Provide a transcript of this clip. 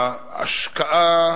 ההשקעה